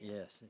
Yes